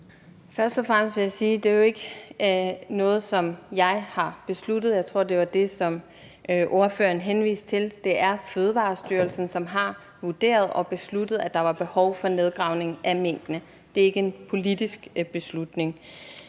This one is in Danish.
Først og fremmest vil jeg sige, at det jo ikke er noget, som jeg har besluttet, og jeg tror, det var det, som spørgeren henviste til. Det er Fødevarestyrelsen, som har vurderet og besluttet, at der var behov for nedgravning af minkene; det er ikke en politisk beslutning.